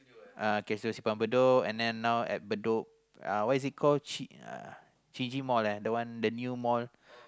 uh okay so she from Simpang Bedok and then now at Bedok uh what is it called Qiji mall eh the new mall